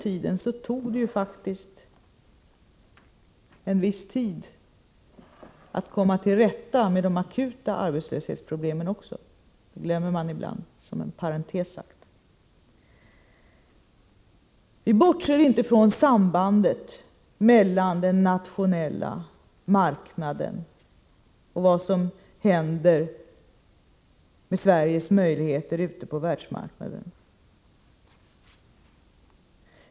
Även då tog det en viss tid att komma till rätta med de akuta arbetslöshetsproblemen — det glömmer man ibland. Detta sagt som en parentes. Vi bortser inte från sambandet mellan den nationella marknaden och vad som händer med Sveriges möjligheter ute på världsmarknaden.